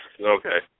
okay